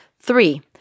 Three